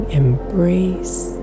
embrace